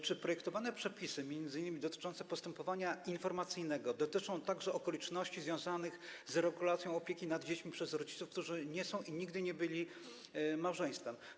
Czy projektowane przepisy dotyczące m.in. postępowania informacyjnego dotyczą także okoliczności związanych z regulacją opieki nad dziećmi przez rodziców, którzy nie są i nigdy nie byli małżeństwem?